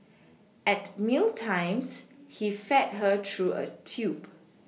at meal times he fed her through a tube